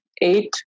eight